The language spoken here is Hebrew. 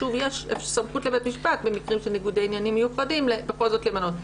יש סמכות לבית משפט במקרים של ניגודי עניינים מיוחדים בכל זאת למנות.